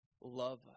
love